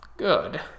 Good